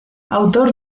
autor